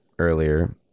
earlier